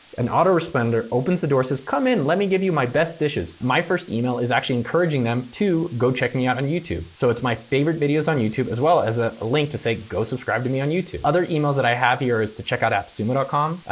an autoresponder opens the door says, come in, let me give you my best dishes. my first email is actually actually encouraging them to go check me out on youtube. so it's my favorite videos on youtube as well as a link to say, go subscribe to me on youtube. other emails that i have here is to check out appsumo com.